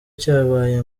cyabaye